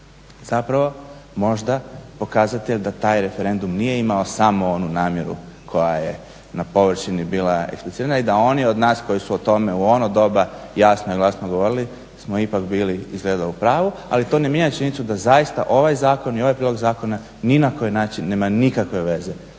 zapravo možda pokazatelj da taj referendum nije imao samo onu namjeru koja je na površini bila eksplicirana i da oni od nas koji su o tome u ono doba jasno i glasno govorili smo ipak bili izgleda u pravu, ali to ne mijenja činjenicu da zaista ovaj zakon i ovaj prijedlog zakona ni na koji način nema nikakve veze